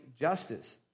justice